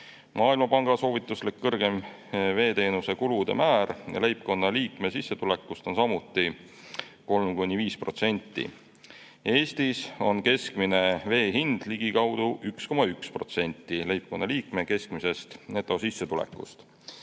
Maailmapanga soovituslik kõrgem veeteenuse kulude määr leibkonnaliikme sissetulekust on samuti 3–5%. Eestis on keskmine vee hind ligikaudu 1,1% leibkonnaliikme keskmisest netosissetulekust.